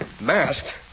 Masked